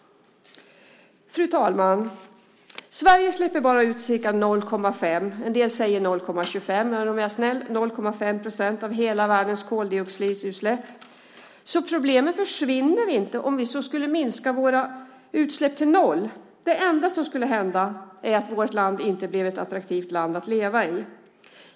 Fru talman! Sverige släpper bara ut ca 0,5 procent - en del säger 0,25 procent, men om jag är snäll kan jag säga 0,5 procent - av hela världens koldioxidutsläpp. Problemen försvinner alltså inte om vi så skulle minska våra utsläpp till noll. Det enda som skulle hända är att vårt land inte blev ett attraktivt land att leva i.